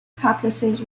practices